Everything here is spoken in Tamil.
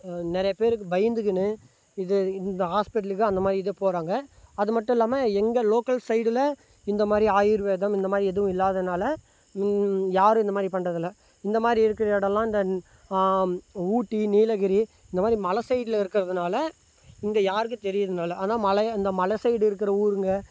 நிறையா பேருக்கு பயந்துக்கின்னு இதை இந்த ஹாஸ்ப்பிட்டலுக்கு அந்தமாதிரி இது போகிறாங்க அது மட்டும் இல்லாமல் எங்கள் லோக்கல் சைடில் இந்தமாதிரி ஆயுர்வேதம் இந்தமாதிரி எதுவும் இல்லாததுனால் யாரும் இந்த மாதிரி பண்ணுறது இல்லை இந்த மாதிரி இருக்கிற இடோலாம் இந்த ஊட்டி நீலகிரி இந்தமாதிரி மலை சைடில் இருக்கிறதுனால இங்கே யாருக்கும் தெரியுறது இல்லை ஆனால் மலை இந்த மலை சைடு இருக்கிற ஊருங்க